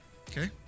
Okay